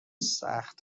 سخت